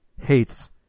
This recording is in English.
hates